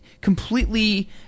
completely